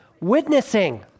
witnessing